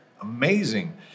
Amazing